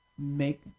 Make